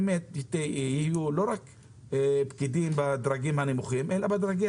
שיהיו לא רק פקידים בדרגים הנמוכים אלא בדרגי